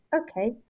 okay